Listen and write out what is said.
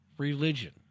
Religion